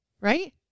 Right